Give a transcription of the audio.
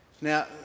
Now